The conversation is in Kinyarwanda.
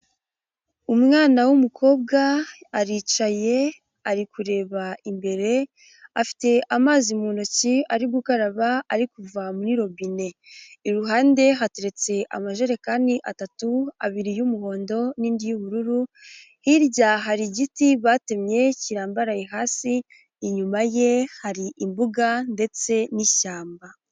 Umwana w'umukobwa aricaye, ari kureba imbere, afite amazi mu ntoki ari gukaraba, ari kuva muri robine. Iruhande hateretse amajerekani atatu, abiri y'umuhondo n'indi y'ubururu, hirya hari igiti batemye kirambaraye hasi, inyuma ye hari imbuga ndetse n'ishyamba.